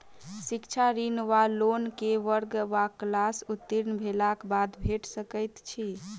शिक्षा ऋण वा लोन केँ वर्ग वा क्लास उत्तीर्ण भेलाक बाद भेट सकैत छी?